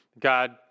God